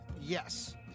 yes